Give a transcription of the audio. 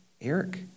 Eric